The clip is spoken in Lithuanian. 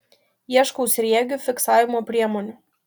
ieškau sriegių fiksavimo priemonių